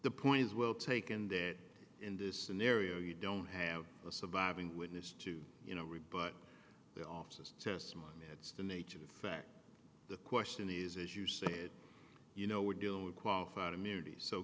the point is well taken that in this scenario you don't have a surviving witness to you know rebut the officers testimony that's the nature of fact the question is as you said you know we're dealing with qualified immunity so